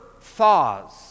thaws